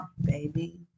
Baby